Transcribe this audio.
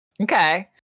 Okay